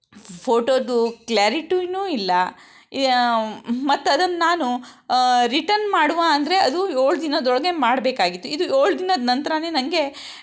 ಫೋಟೋದು ಕ್ಲಾರಿಟೀಯೂ ಇಲ್ಲ ಮತ್ತದನ್ನು ನಾನು ರಿಟರ್ನ್ ಮಾಡುವ ಅಂದರೆ ಅದು ಏಳು ದಿನದ ಒಳಗೆ ಮಾಡ್ಬೇಕಾಗಿತ್ತು ಇದು ಏಳು ದಿನದ ನಂತರನೇ ನನಗೆ